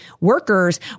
workers